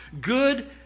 good